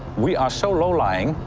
we are so low-lying,